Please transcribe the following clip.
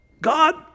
God